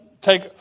take